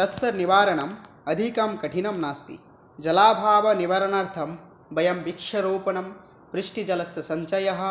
तस्य निवारणम् अधिकं कठिनं नास्ति जलाभावनिवारणार्थं वयं वृक्षारोपणं वृष्टिजलस्य सञ्चयः